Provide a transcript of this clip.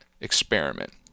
experiment